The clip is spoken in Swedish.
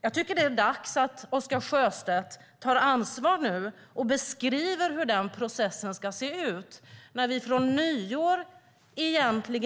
Jag tycker att det är dags att Oscar Sjöstedt tar ansvar och beskriver hur processen ska se ut om vi från nyår